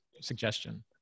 suggestion